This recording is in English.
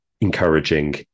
encouraging